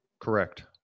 Correct